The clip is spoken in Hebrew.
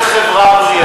חברה יותר בריאה.